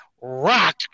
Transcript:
rock